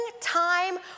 time